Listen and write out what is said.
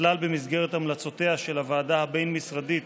נכלל במסגרת המלצותיה של הוועדה הבין-משרדית